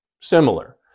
Similar